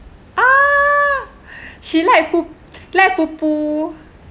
ah she like like pupu